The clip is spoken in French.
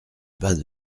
bas